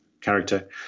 character